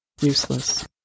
Useless